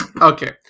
Okay